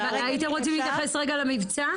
הייתם רוצים להתייחס למבצע?